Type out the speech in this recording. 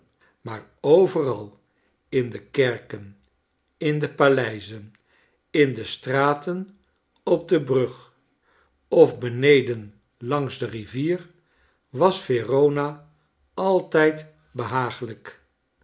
maar overal in de kerken in de paleizen in de straten op de brug of beneden langs de rivier was veron a altijd behaaglijk